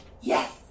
Yes